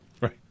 Right